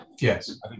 Yes